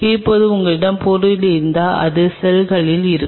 இப்போது உங்களிடம் பொருள் இருந்தால் இது செல்களாக இருக்கும்